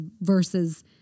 versus